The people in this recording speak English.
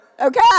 Okay